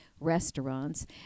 restaurants